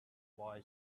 boy